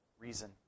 reason